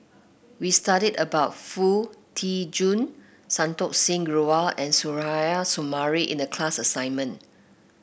we studied about Foo Tee Jun Santokh Singh Grewal and Suzairhe Sumari in the class assignment